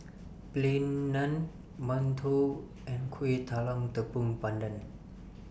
Plain Naan mantou and Kuih Talam Tepong Pandan